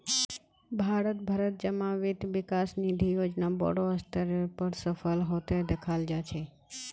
भारत भरत जमा वित्त विकास निधि योजना बोडो स्तरेर पर सफल हते दखाल जा छे